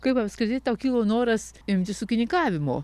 kaip apskritai tau kilo noras imtis ūkininkavimo